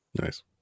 Nice